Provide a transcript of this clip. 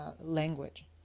language